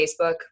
Facebook